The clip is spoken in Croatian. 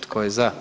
Tko je za?